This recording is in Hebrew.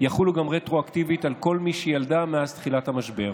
יחולו גם רטרואקטיבית על כל מי שילדה מאז תחילת המשבר,